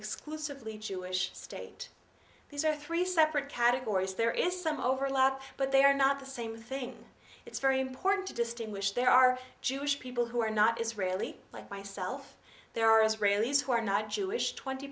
exclusively jewish state these are three separate categories there is some overlap but they are not the same thing it's very important to distinguish there are jewish people who are not israeli like myself there are israelis who are not jewish twenty